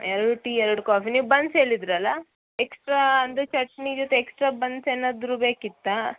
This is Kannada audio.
ಎರಡು ಟೀ ಎರಡು ಕಾಫಿ ನೀವು ಬನ್ಸ್ ಹೇಳಿದ್ರಲ್ವ ಎಕ್ಸ್ಟ್ರಾ ಅಂದರೆ ಚಟ್ನಿ ಜೊತೆ ಎಕ್ಸ್ಟ್ರಾ ಬನ್ಸ್ ಏನಾದರು ಬೇಕಿತ್ತಾ